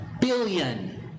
billion